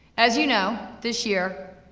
as you know, this year,